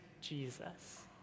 Jesus